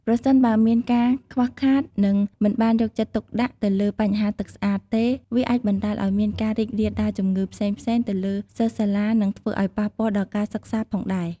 ប្រសិនបើ មានការខ្វះខាតនិងមិនបានយកចិត្តទុកដាក់ទៅលើបញ្ហាទឹកស្អាតទេ វាអាចបណ្តាលឲ្យមានការរីករាលដាលជម្ងឺផ្សេងៗទៅលើសិស្សសាលានិងធ្វើឲ្យប៉ះពាល់ដល់ការសិក្សាផងដែរ។